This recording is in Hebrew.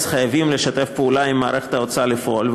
חייבים לשתף פעולה עם מערכת ההוצאה לפועל,